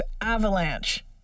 Avalanche